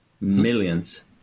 millions